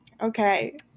Okay